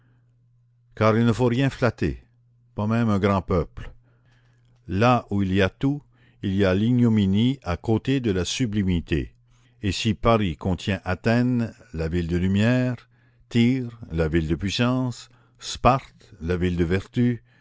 car il ne faut rien flatter pas même un grand peuple là où il y a tout il y a l'ignominie à côté de la sublimité et si paris contient athènes la ville de lumière tyr la ville de puissance sparte la ville de vertu